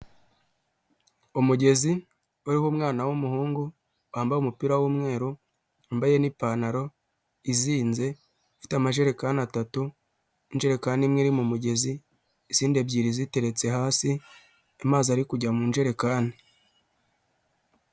Umugezi uriho umwana w'umuhungu wambaye umupira w'umweru, wambaye n'ipantaro izinze, afite amajerekani atatu, injerekani imwe iri mu mugezi, izindi ebyiri ziteretse hasi, amazi ari kujya mu njerekani.